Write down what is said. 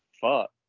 fuck